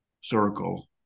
circle